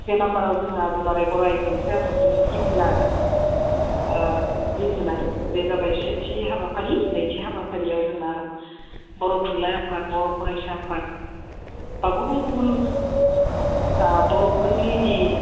से नाम्बाराव जोंहा दुलाराय बर' आइजो अनसाय आफादनि फिरफिला बिरहोनाय बे जाबाय सेथि हाबाफारि नैथि हाबाफारियाव जोंहा बर' थुनलाइ आफाद बर' फरायसा आफाद बा गुबुन गुबुन बर'फोरनि जि